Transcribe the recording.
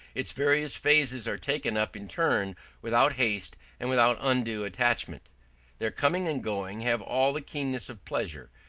its various phases are taken up in turn without haste and without undue attachment their coming and going have all the keenness of pleasure,